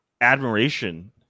admiration